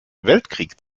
weltkrieg